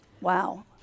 Wow